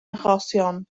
achosion